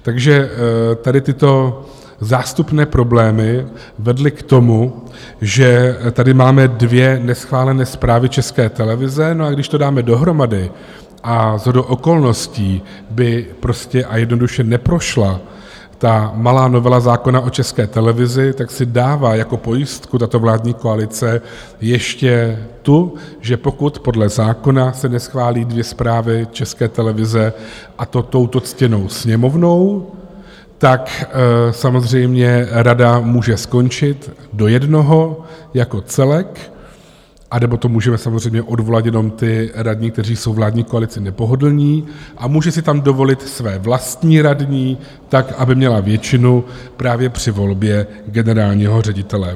Takže tady tyto zástupné problémy vedly k tomu, že tady máme dvě neschválené zprávy České televize, a když to dáme dohromady a shodou okolností by prostě a jednoduše neprošla ta malá novela zákona o České televizi, tak si dává jako pojistku tato vládní koalice ještě tu, že pokud podle zákona se neschválí dvě zprávy České televize, a to touto ctěnou Sněmovnou, samozřejmě rada může skončit do jednoho jako celek, anebo můžeme samozřejmě odvolat jenom ty radní, kteří jsou vládní koalici nepohodlní, a může si tam dovolit své vlastní radní tak, aby měla většinu právě při volbě generálního ředitele.